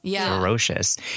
ferocious